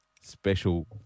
special